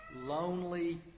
lonely